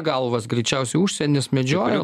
galvas greičiausiai užsienis medžioja